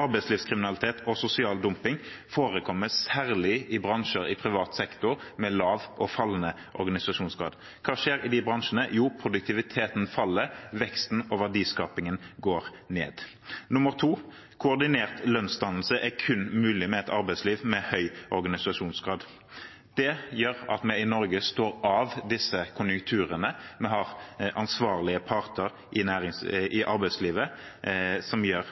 Arbeidslivskriminalitet og sosial dumping forekommer særlig i bransjer i privat sektor med lav og fallende organisasjonsgrad. Hva skjer i de bransjene? Jo, produktiviteten faller, veksten og verdiskapingen går ned. For det andre: Koordinert lønnsdannelse er kun mulig i et arbeidsliv med høy organisasjonsgrad. Det gjør at vi i Norge står av disse konjunkturene. Vi har ansvarlige parter i arbeidslivet som gjør